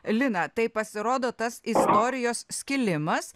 lina tai pasirodo tas istorijos skilimas